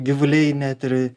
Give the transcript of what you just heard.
gyvuliai net ir